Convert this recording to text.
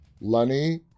Lenny